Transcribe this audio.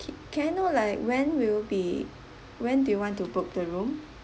K can I know like when will be when do you want to book the room